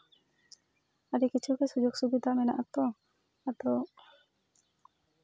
ᱟᱹᱰᱤ ᱠᱤᱪᱷᱩ ᱜᱮ ᱥᱩᱡᱳᱜᱽ ᱥᱩᱵᱤᱫᱟ ᱢᱮᱱᱟᱜᱼᱟ ᱛᱚ ᱟᱫᱚ